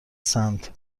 سنت